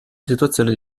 situazione